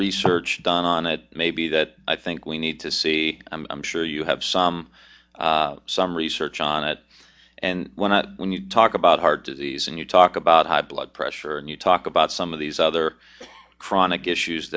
research done on it maybe that i think we need to see i'm sure you have some some research on it and when you talk about heart disease and you talk about high blood pressure and you talk about some of these other chronic issues